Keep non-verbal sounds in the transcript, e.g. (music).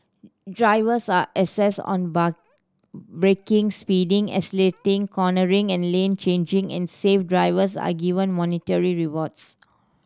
drivers are assessed on (unintelligible) braking speeding accelerating cornering and lane changing and safe drivers are given monetary rewards